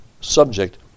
subject